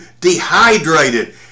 dehydrated